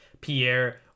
Pierre